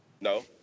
No